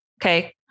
Okay